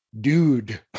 dude